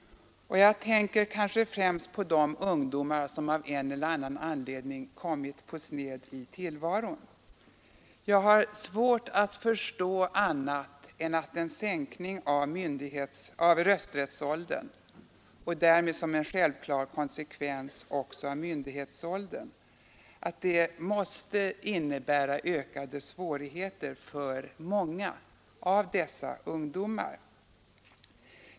Jag tänker främst på de ungdomar som av en eller annan anledning kommit på sned i tillvaron. Jag har svårt att förstå annat än att en sänkning av rösträttsåldern och därmed som en självklar konsekvens också av myndighetsåldern måste innebära ökade svårigheter för många av dessa ungdomar.